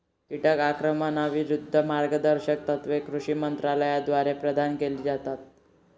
कीटक आक्रमणाविरूद्ध मार्गदर्शक तत्त्वे कृषी मंत्रालयाद्वारे प्रदान केली जातात